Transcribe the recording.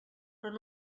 però